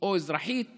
או אזרחית